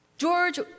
George